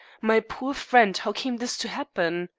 my poor friend! how came this to happen?